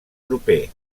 proper